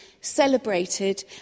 celebrated